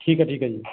ਠੀਕ ਹੈ ਠੀਕ ਹੈ ਜੀ